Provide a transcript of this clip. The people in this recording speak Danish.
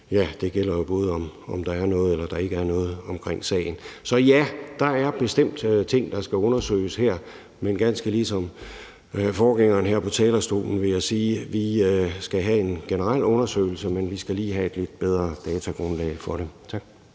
og det gælder jo, hvad enten der er noget eller der ikke er noget i sagen. Så ja, der er bestemt nogle ting her, der skal undersøges, men jeg vil ganske ligesom forgængeren her på talerstolen sige, at vi skal have en generel undersøgelse, men at vi også lige skal have et lidt bedre datagrundlag for det. Tak.